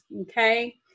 okay